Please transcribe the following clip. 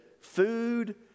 food